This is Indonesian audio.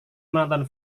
menonton